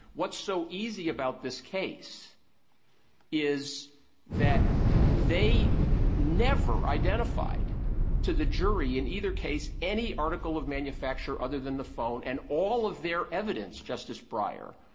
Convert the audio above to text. what's so easy about this case is that they never identified to the jury, in either case, any article of manufacture other than the phone. and all of their evidence, justice breyer,